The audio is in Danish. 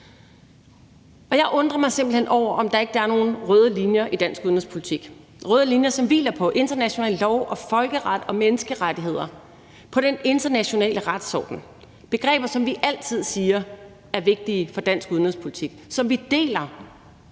Jeg undrer mig simpelt hen over, om ikke der er nogen røde linjer i dansk udenrigspolitik; røde linjer, som hviler på international lov og folkeret og menneskerettigheder, på den internationale retsorden; begreber, som vi altid siger er vigtige for dansk udenrigspolitik, og som vi deler